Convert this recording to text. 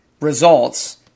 results